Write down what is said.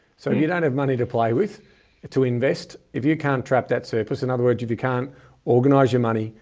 so and you don't have money to play with to invest if you can't trap that surplus. in other words, if you can't organize your money,